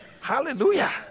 Hallelujah